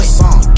song